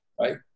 right